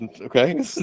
okay